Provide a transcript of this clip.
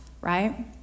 right